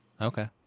Okay